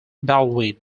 baldwin